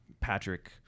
Patrick